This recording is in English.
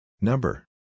Number